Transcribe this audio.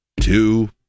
two